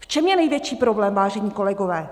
V čem je největší problém, vážení kolegové?